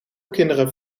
kinderen